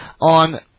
on